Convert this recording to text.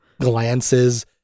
glances